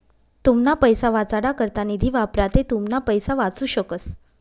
तुमना पैसा वाचाडा करता निधी वापरा ते तुमना पैसा वाचू शकस